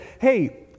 hey